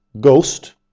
ghost